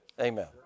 Amen